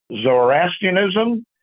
Zoroastrianism